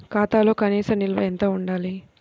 ఖాతాలో కనీస నిల్వ ఎంత ఉండాలి?